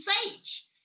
sage